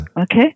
Okay